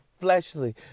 fleshly